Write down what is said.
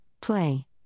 Play